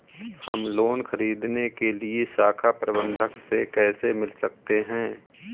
हम लोन ख़रीदने के लिए शाखा प्रबंधक से कैसे मिल सकते हैं?